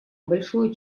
большое